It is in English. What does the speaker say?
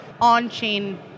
on-chain